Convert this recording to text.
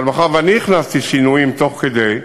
אבל מאחר שאני הכנסתי שינויים תוך כדי,